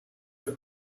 for